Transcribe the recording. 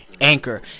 Anchor